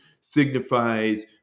signifies